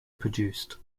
produced